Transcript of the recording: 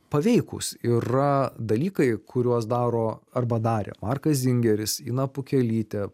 paveikūs yra dalykai kuriuos daro arba darė markas zingeris ina pukelytė